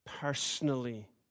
personally